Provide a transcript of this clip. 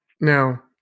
Now